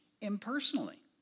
impersonally